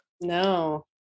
no